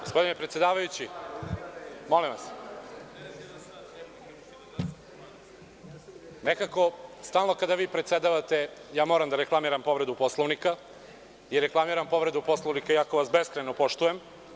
Gospodine predsedavajući, nekako stalno kada vi predsedavate ja moram da reklamiram povredu Poslovnika i reklamiram povredu Poslovnika, iako vas beskrajno poštujem.